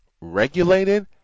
regulated